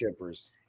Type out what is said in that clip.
chippers